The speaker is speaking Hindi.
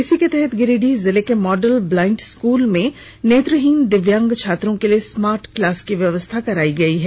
इसी के तहत गिरिडीह जिले के मॉडल ब्लाइंड स्कूल में नेत्रहीन दिव्यांग छात्रों के लिए स्मार्ट क्लास की व्यवस्था कराई गई है